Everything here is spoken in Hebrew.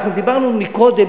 דיברנו מקודם,